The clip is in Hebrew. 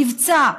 מבצע,